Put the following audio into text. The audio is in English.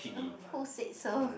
oh who said so